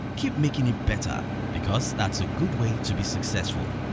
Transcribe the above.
keep making it better because that's a good way to be successful.